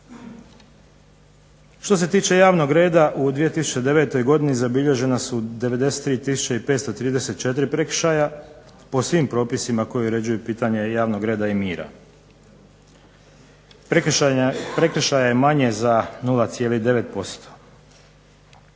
Što se tiče javnog reda u 2009. godini zabilježena su 93 tisuće i 534 prekršaja po svim propisima koji uređuju pitanja javnog reda i mira. Prekršaja je manje za 0,9%.